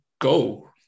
go